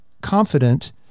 confident